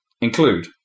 include